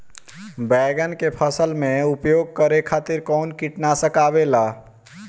बैंगन के फसल में उपयोग करे खातिर कउन कीटनाशक आवेला?